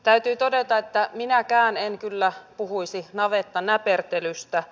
täytyy todeta että minäkään en kyllä puhuisi navettanäpertelystä